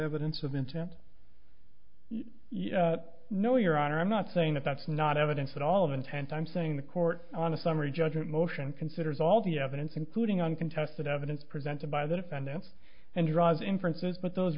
evidence of intent no your honor i'm not saying that that's not evidence at all of intent i'm saying the court on a summary judgment motion considers all the evidence including uncontested evidence presented by the defendants and draws inferences but those